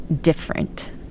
different